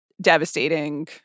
devastating